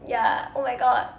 ya oh my god